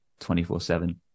24-7